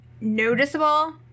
noticeable